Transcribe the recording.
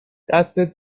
دستت